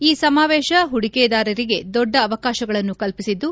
ಈ ಸಮಾವೇಶ ಹೂಡಿಕೆದಾರರಿಗೆ ದೊಡ್ಡ ಅವಕಾಶಗಳನ್ನು ಕಲ್ಪಿಸಿದ್ದು